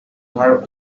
her